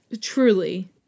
Truly